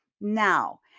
Now